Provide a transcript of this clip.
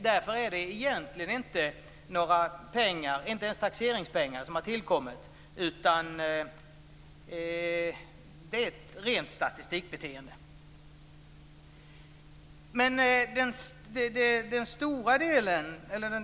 Därför är det egentligen inte ens taxeringspengar som har tillkommit, utan det är fråga om ett rent statistikbeteende.